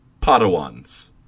Padawans